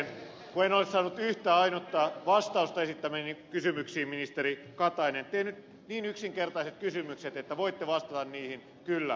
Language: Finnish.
kun en ole saanut yhtään ainutta vastausta esittämiini kysymyksiin ministeri katainen teen nyt niin yksinkertaiset kysymykset että voitte vastata niihin kyllä tai ei